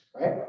right